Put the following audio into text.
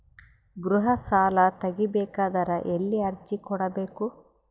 ಗೃಹ ಸಾಲಾ ತಗಿ ಬೇಕಾದರ ಎಲ್ಲಿ ಅರ್ಜಿ ಕೊಡಬೇಕು?